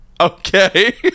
Okay